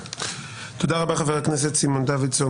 תודה רבה, חבר הכנסת סימון דוידסון.